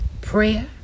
Prayer